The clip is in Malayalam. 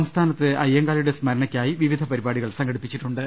സംസ്ഥാനത്ത് അയ്യങ്കാളിയുടെ സ്മരണക്കായി വിവിധ പരിപാടികൾ സംഘടിപ്പിച്ചിട്ടുണ്ട്